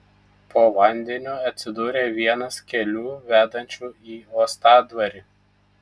po vandeniu atsidūrė vienas kelių vedančių į uostadvarį